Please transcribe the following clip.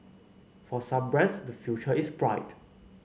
for some brands the future is bright